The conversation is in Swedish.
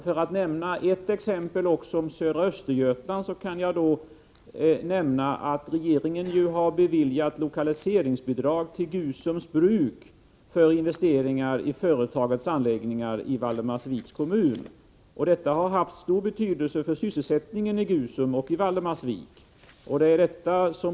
För att ge ett exempel också från södra Östergötland kan jag nämna att regeringen har beviljat lokaliseringsbidrag till Gusums bruk för investeringar i företagets anläggningar i Valdemarsviks kommun. Detta har haft stor betydelse för sysselsättningen i Gusum och Valdemarsvik.